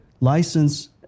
license